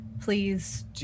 please